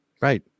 right